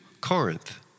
Corinth